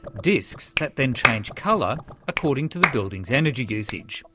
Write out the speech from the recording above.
ah discs that then change colour according to the building's energy usage.